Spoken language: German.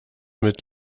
mit